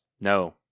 No